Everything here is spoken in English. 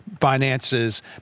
finances